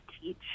teach